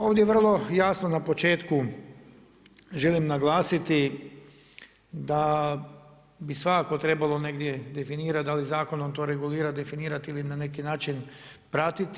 Ovdje vrlo jasno na početku želim naglasiti da bi svakako trebalo negdje definirati da li zakonom to regulirati, definirati ili na neki način pratiti.